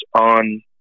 on